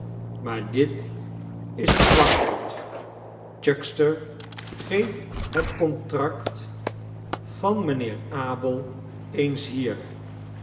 maar dit is eene zwakheid ghuckster geef het contract van mijnheer abel eens hier